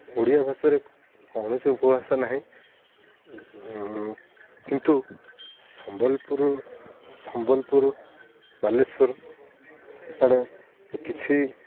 ଓଡ଼ିଆ ଭାଷାରେ କୌଣସି ଉପଭାଷା ନାହିଁ କିନ୍ତୁ ସମ୍ବଲପୁର ସମ୍ବଲପୁର ବାଲେଶ୍ଵର ଆଡ଼େ କିଛି